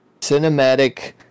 cinematic